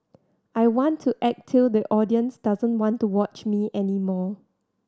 I want to act till the audience doesn't want to watch me any more